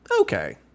Okay